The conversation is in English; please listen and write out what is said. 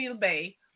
Bay